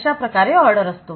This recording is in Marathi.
अशा प्रकारे क्रम असतो